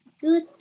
good